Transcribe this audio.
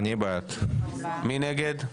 מי נגד?